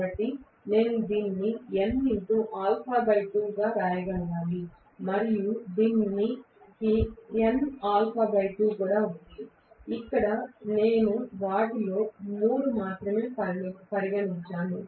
కాబట్టి నేను దీనిని nα2 గా వ్రాయగలగాలి మరియు దీనికి nα2 కూడా ఉంది ఇక్కడ నేను వాటిలో మూడు మాత్రమే పరిగణించాను